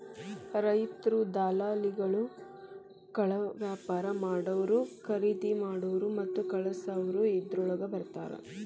ರೈತ್ರು, ದಲಾಲಿಗಳು, ಕಾಳವ್ಯಾಪಾರಾ ಮಾಡಾವ್ರು, ಕರಿದಿಮಾಡಾವ್ರು ಮತ್ತ ಕಳಸಾವ್ರು ಇದ್ರೋಳಗ ಬರ್ತಾರ